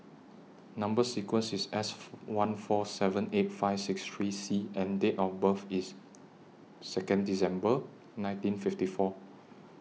Number sequence IS S one four seven eight five six three C and Date of birth IS Second December nineteen fifty four